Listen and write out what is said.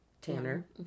Tanner